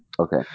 Okay